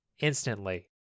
instantly